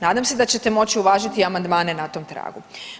Nadam se da ćete moći uvažiti amandmane na tom tragu.